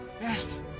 Yes